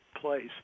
place